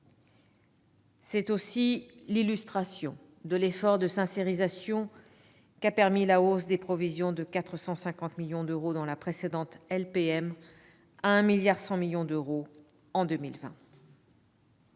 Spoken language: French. C'est aussi l'illustration de l'effort de « sincérisation » qu'a permis la hausse des provisions de 450 millions d'euros dans la précédente LPM à 1,1 milliard d'euros en 2020.